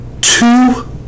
two